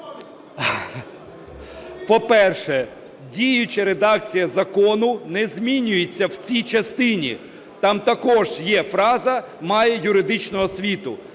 По-перше, діюча редакція закону не змінюється в цій частині. Там також є фраза "має юридичну освіту".